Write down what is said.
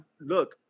Look